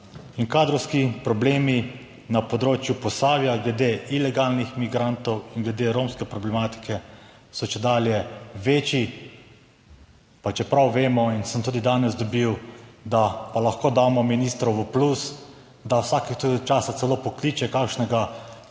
In kadrovski problemi na področju Posavja glede ilegalnih migrantov in glede romske problematike so čedalje večji. Pa čeprav vemo in sem tudi danes dobil, da pa lahko damo ministru v plus, da vsake toliko časa celo pokliče kakšnega